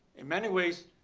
in many ways,